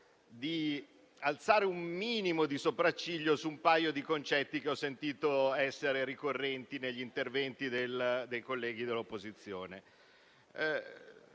di alzare un minimo di sopracciglio su un paio di concetti che ho sentito essere ricorrenti negli interventi dei colleghi dell'opposizione.